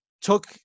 took